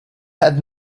had